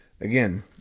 Again